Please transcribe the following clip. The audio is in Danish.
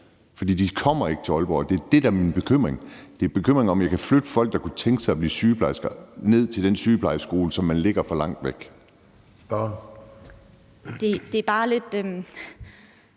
for de kommer ikke til Aalborg. Det er det, der er min bekymring, altså om man kan flytte folk, der kunne tænke sig at blive sygeplejersker, ned til den sygeplejeskole, som ligger for langt væk.